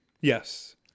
yes